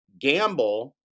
gamble